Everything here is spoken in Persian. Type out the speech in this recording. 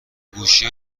گوشی